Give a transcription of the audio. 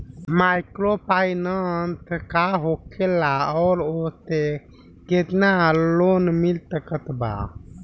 Microfinance का होखेला और ओसे केतना लोन मिल सकत बा?